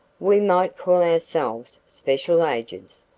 we might call ourselves special agents,